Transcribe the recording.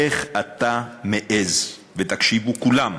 איך אתה מעז, ותקשיבו כולם,